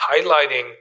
highlighting